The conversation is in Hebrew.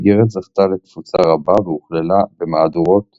האיגרת זכתה לתפוצה רבה והוכללה במהדורות